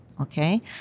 Okay